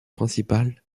principal